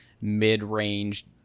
mid-range